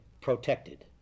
protected